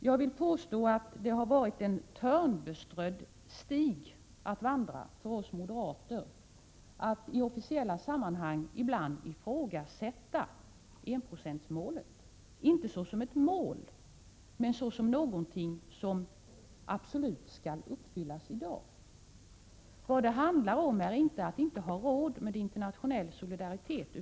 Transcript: Jag vill påstå att det har varit en törnbeströdd stig att vandra för oss moderater, då vi i officiella sammanhang ibland har ifrågasatt enprocentsmålet. Vi har inte ifrågasatt det såsom ett mål, men såsom någonting som absolut skall uppfyllas i dag. Det handlar inte om att inte ha råd med internationell solidaritet.